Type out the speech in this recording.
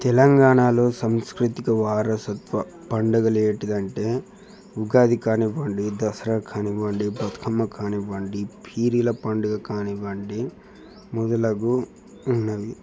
తెలంగాణాలో సంస్కృతిక వారసత్వ పండగలు ఏంటంటే ఉగాది కానివ్వండి దసరా కానివ్వండి బతుకమ్మ కానివ్వండి పీరీల పండగ కానివ్వండి మొదలగు ఉన్నవి